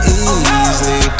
easily